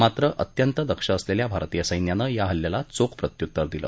मात्र अत्यंत दक्ष असलेल्या भारतीय सख्यानं या हल्ल्याला चोख प्रत्युत्तर दिलं